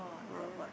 ah